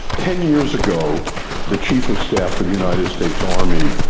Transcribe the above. ten years ago the chief of staff of the united states army,